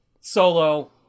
Solo